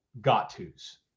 got-tos